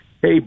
Hey